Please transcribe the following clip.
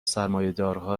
سرمایهدارها